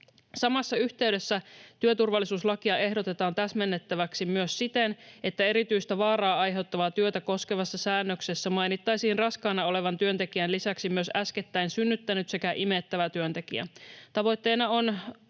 Samassa yhteydessä työturvallisuuslakia ehdotetaan täsmennettäväksi myös siten, että erityistä vaaraa aiheuttavaa työtä koskevassa säännöksessä mainittaisiin raskaana olevan työntekijän lisäksi myös äskettäin synnyttänyt sekä imettävä työntekijä. Tavoitteena on